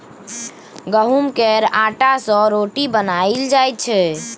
गहुँम केर आँटा सँ रोटी बनाएल जाइ छै